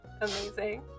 amazing